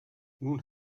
nun